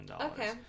Okay